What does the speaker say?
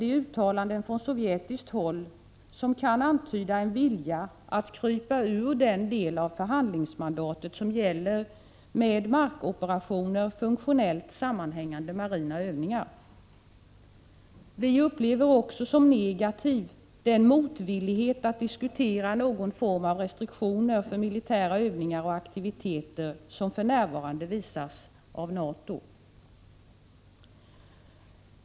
de uttalanden från sovjetiskt håll som kan antyda en vilja att krypa ur den del av förhandlingsmandatet som gäller med markoperationer funktionellt sammanhängande marina övningar. Vi upplever också som negativt den motvillighet att diskutera någon form av restriktioner för militära övningar och aktiviteter som för närvarande visas av NATO.